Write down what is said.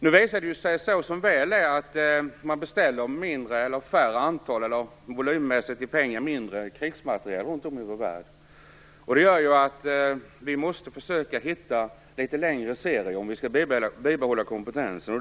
Nu visar det sig, som väl är, att man beställer antals och volymmässigt mindre krigsmateriel runt om i världen. Det gör att vi måste försöka hitta litet längre serier om vi skall bibehålla kompetensen.